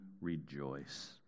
rejoice